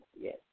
Yes